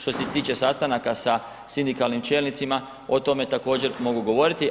Štose tiče sastanaka sa sindikalnim čelnicima, o tome također mogu govoriti.